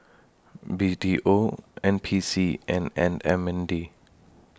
B T O N P C and N M N D